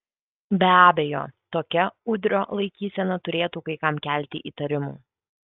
be abejo tokia udrio laikysena turėtų kai kam kelti įtarimų